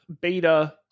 beta